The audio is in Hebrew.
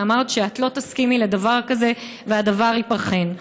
ואמרת שאת לא תסכימי לדבר כזה והדבר ייבחן.